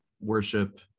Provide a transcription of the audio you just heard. worship